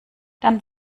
dann